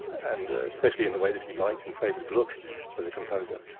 and especially in the way that he liked and favoured gluck as a composer,